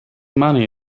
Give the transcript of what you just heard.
money